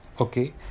okay